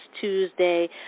Tuesday